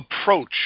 approach